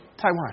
Taiwan